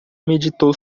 meditou